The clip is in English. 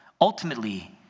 Ultimately